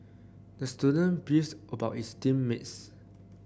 the student beefs about his team mates